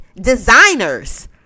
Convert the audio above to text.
designers